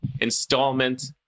installment